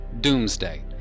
Doomsday